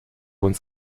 uns